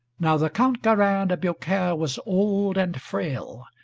now the count garin de biaucaire was old and frail,